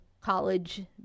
college